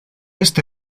este